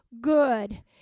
good